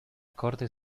corte